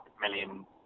million